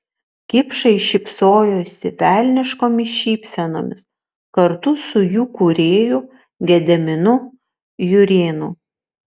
kipšai šypsojosi velniškomis šypsenomis kartu su jų kūrėju gediminu jurėnu